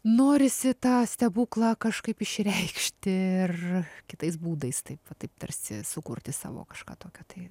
norisi tą stebuklą kažkaip išreikšti ir kitais būdais taip va taip tarsi sukurti savo kažką tokio tai